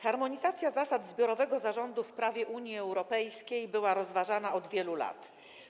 Harmonizacja zasad zbiorowego zarządu w prawie Unii Europejskiej była rozważana od wielu lat.